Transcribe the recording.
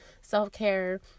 self-care